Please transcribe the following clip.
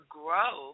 grow